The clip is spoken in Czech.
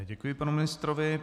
Děkuji panu ministrovi.